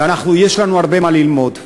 ויש לנו הרבה מה ללמוד.